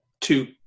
two